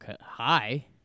Hi